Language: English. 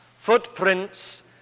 Footprints